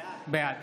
בעד